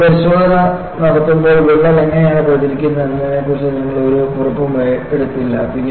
നിങ്ങൾ പരിശോധന നടത്തുമ്പോൾ വിള്ളൽ എങ്ങനെയാണ് പ്രചരിക്കുന്നത് എന്നതിനെക്കുറിച്ച് നിങ്ങൾ ഒരു കുറിപ്പും എടുത്തില്ല